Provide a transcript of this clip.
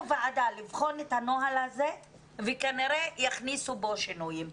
ועדה לבחון את הנוהל הזה וכנראה יכניסו בו שינויים.